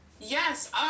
Yes